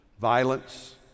Violence